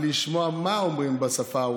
נרשמת לתגובה, דיברת יפה.